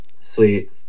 Sweet